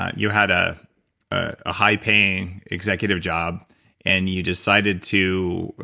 you had a ah high-paying executive job and you decided to,